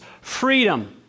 freedom